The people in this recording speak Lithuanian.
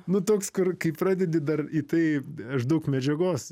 nu toks kur kai pradedi dar į tai aš daug medžiagos